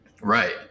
right